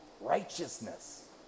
righteousness